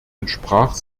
entsprach